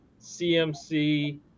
CMC